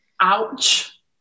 Ouch